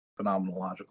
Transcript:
phenomenological